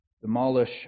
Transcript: Demolish